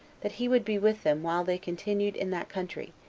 that he would be with them while they continued in that country,